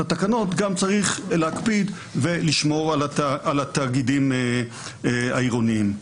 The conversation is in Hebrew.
התקנות גם צריך להקפיד ולשמור על התאגידים העירוניים.